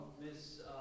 Miss